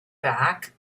back